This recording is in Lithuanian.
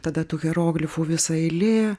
tada tų hieroglifų visa eilė